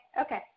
okay